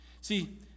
See